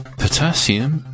potassium